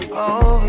over